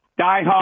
diehard